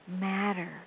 matter